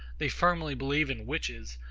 they firmly believe in witches,